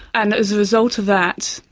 and as a result of that,